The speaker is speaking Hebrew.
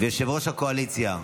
ויושב-ראש הקואליציה,